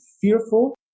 fearful